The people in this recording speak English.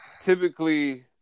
Typically